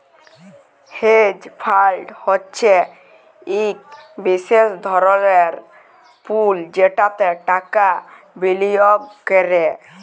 hedge ফাল্ড হছে ইক বিশেষ ধরলের পুল যেটতে টাকা বিলিয়গ ক্যরে